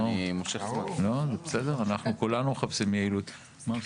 כולנו מחפשים יעילות.